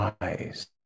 eyes